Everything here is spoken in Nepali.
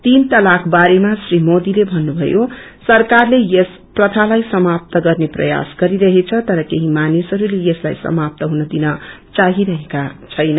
तीन तलाक बारेमा श्री मोदीले भन्नुभयो सरकारले यस प्रथालाई समाप्त गर्ने प्रयस गरिरहेछ तर केहि मानिसहस्ले यसलाई सामाप्त हुन दिन चाहिरहेका छैन